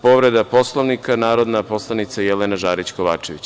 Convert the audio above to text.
Povreda Poslovnika, narodna poslanica Jelena Žarić Kovačević.